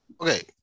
Okay